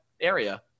area